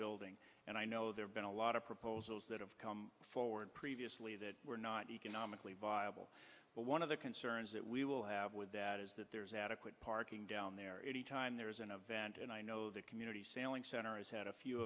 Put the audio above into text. building and i know there's been a lot of proposals that have come forward previously that were not economically viable but one of the concerns that we will have with that is that there is adequate parking down there any time there is an event and i know the community sailing center has had a few